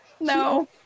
no